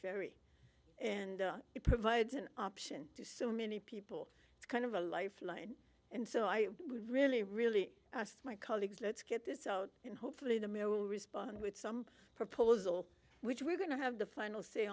ferry and it provides an option to so many people it's kind of a lifeline and so i really really asked my colleagues let's get this out and hopefully the mayor will respond with some proposal which we're going to have the final say